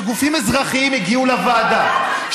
שגופים אזרחיים הגיעו לוועדה,